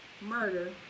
murder